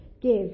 give